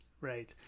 Right